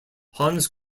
hans